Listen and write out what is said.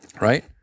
right